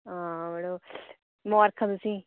हां मड़ो मुबारखा तुसें